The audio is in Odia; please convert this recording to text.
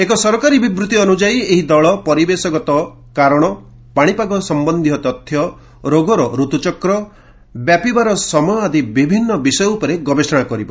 ଏକ ସରକାରୀ ବିବୃତ୍ତି ଅନୁଯାୟୀ ଏହି ଦଳ ପରିବେଶଗତ କାରଣ ପାଣିପାଗ ସମ୍ବନ୍ଧୀୟ ତଥ୍ୟ ରୋଗର ଋତୁଚକ୍ର ବ୍ୟାପିବାର ସମୟ ଆଦି ବିଭିନ୍ନ ବିଷୟ ଉପରେ ଗବେଷଣା କରିବ